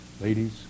ladies